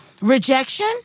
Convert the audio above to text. Rejection